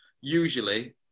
usually